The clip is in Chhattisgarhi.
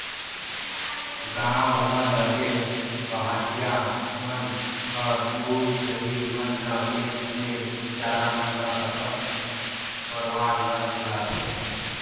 गांव म लगे पहाटिया मन ह दूद, दही मन ल बेच के बिचारा मन हर अपन परवार ल चलाथे